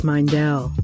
Mindell